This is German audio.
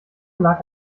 lag